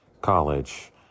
college